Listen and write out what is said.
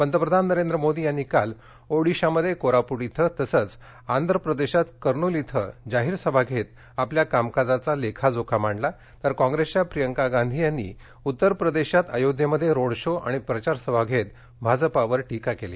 पंतप्रधान नरेंद्र मोदी यांनी काल ओडिशामध्ये कोरापूट इथं तसच आंध्र प्रदेशात कूर्नुल इथं जाहीर सभा घेत आपल्या कामकाजाचा लेखाजोखा मांडला तर कॉप्रेसच्या प्रियांका गांधी यांनी उत्तर प्रदेशात अयोध्येमध्ये रोड शो आणि प्रचार सभा घेत भाजपावर टिका केली